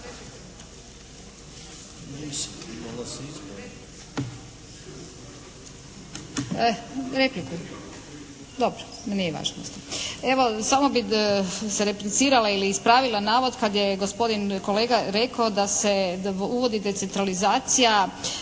Evo samo bih se replicirala ili ispravila navod kad je gospodin kolega rekao da se uvodi decentralizacija,